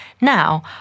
Now